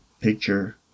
picture